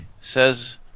Says